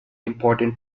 important